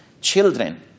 Children